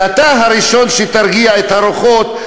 שאתה תהיה הראשון שירגיע את הרוחות,